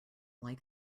like